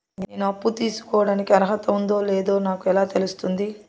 నేను అప్పు తీసుకోడానికి అర్హత ఉందో లేదో నాకు ఎలా తెలుస్తుంది?